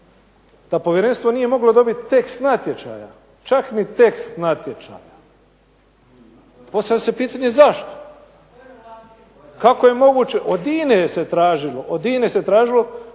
da povjerenstvo nije moglo dobiti tekst natječaja, čak ni tekst natječaja. Postavlja se pitanje zašto? Kako je moguće od INA-e se tražilo pa je navodno